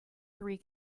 three